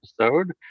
episode